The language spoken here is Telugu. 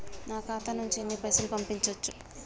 నా ఖాతా నుంచి ఎన్ని పైసలు పంపించచ్చు?